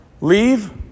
Leave